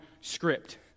script